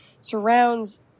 surrounds